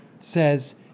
says